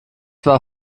war